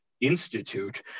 institute